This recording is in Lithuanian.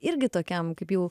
irgi tokiam kaip jau